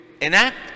enact